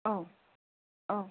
औ औ